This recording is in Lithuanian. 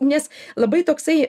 nes labai toksai